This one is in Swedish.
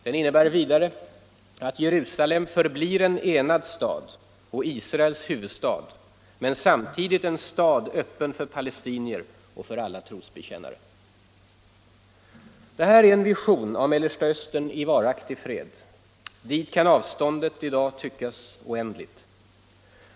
Den innebär vidare att Jerusalem förblir en enad stad och Israels huvudstad men samtidigt en stad öppen för palestinier och för alla trosbekännare. Detta är en vision av Mellersta Östern i varaktig fred. Dit kan avståndet i dag tyckas oändligt.